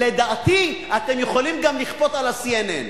לדעתי, אתם יכולים גם לכפות על ה-CNN.